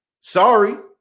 sorry